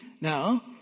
Now